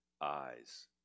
eyes